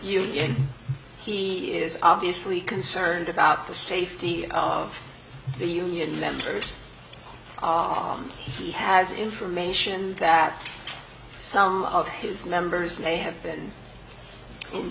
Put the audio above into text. union he is obviously concerned about the safety of the union members he has information that some of his members may have been in